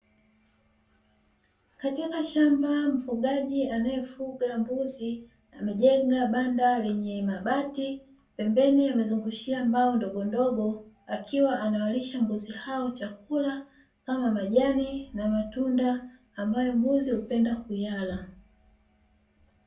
Katika shamba mfugaji anayefuga mbuzi amejenga banda lenye mabati, pembeni amezungushia mbao ndogondogo. Akiwa anawalisha mbuzi hao chakula kama majani na matunda ambayo mbuzi hupenda kuyala.